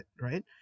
right